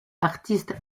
artiste